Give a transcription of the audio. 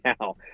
now